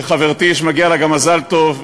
וחברתי, שמגיע לה גם מזל טוב,